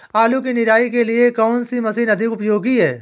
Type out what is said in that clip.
आलू की निराई के लिए कौन सी मशीन अधिक उपयोगी है?